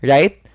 Right